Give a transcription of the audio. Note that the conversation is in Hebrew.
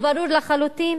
הוא ברור לחלוטין.